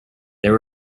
there